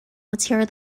material